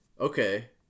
Okay